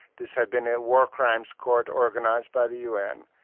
this had been a war crimes courts organised by the un,